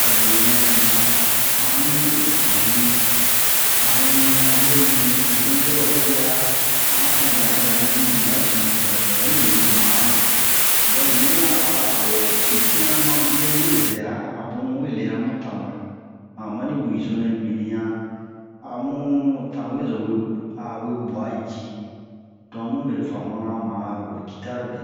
a benɛ mu'a han hu'ine uwe han hu'ine han hu'ine yan zo mi ni hu'iyɛro o vɛ ji a a han inza inza yan mibin a sunupɛ we le mahan donk mu wian a ho pipian ma bie ni we zɛra a bun mu we lera mu tanu mani bu'izo nɛ mimini yan a mu ho tanu wezo bo a we bwa ji don mu mɛ famu'ara ma ho gitar be